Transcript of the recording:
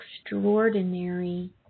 extraordinary